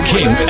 King